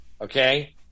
okay